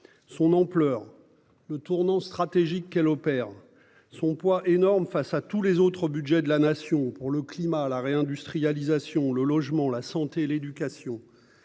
Son ampleur le tournant stratégique qu'elle opère son poids énorme face à tous les autres au budget de la nation pour le climat à la réindustrialisation, le logement, la santé, l'éducation.